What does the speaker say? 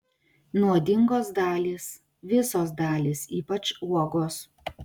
nuodingos dalys visos dalys ypač uogos